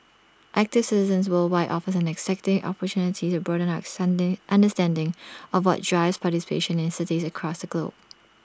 active Citizens Worldwide offers an exciting opportunity to broaden our sandy understanding of what drives participation in cities across the globe